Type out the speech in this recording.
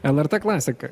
lrt klasika